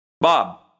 Bob